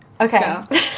okay